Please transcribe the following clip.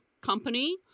company